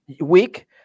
week